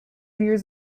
years